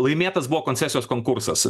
ir laimėtas buvo koncesijos konkursas